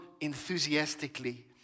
enthusiastically